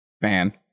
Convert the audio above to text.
Man